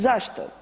Zašto?